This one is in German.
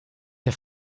der